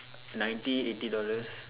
ninety eighty dollars